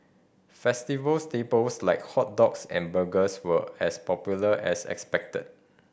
festival staples like hot dogs and burgers were as popular as expected